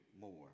more